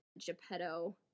Geppetto